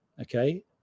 Okay